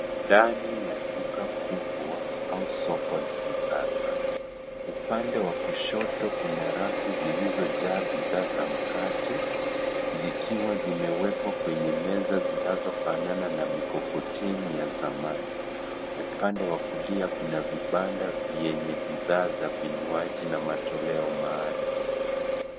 Ndani ya duka kubwa au soko la kisasa. Upande wa kushoto kuna rafu zilzojaa bidhaa za mikate zikiwa zimewekwa kwenye meza zinazofanana na mikokoteni ya zamani. Upande wa kulia kuna vibanda vyenye bidhaa za vinywaji na matoleo maalum.